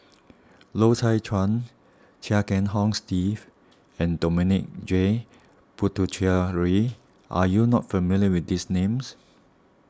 Loy Chye Chuan Chia Kiah Hong Steve and Dominic J Puthucheary are you not familiar with these names